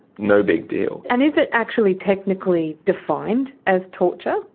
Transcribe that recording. no big deal. and is it actually technically defined as torture?